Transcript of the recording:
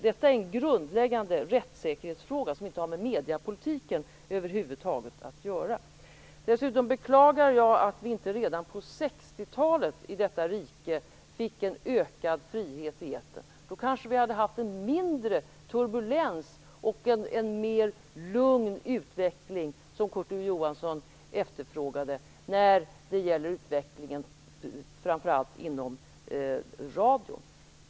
Detta är en grundläggande rättssäkerhetsfråga som över huvud taget inte har med mediepolitiken att göra. Dessutom beklagar jag att vi inte redan på 1960 talet i detta rike fick en ökad frihet i etern. Då kanske vi hade haft mindre turbulens och en mer lugn utveckling, vilket Kurt Ove Johansson efterfrågade, när det gäller utvecklingen framför allt inom radion.